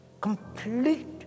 complete